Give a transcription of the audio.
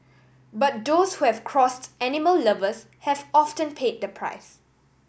but those who have crossed animal lovers have often paid the price